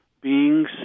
beings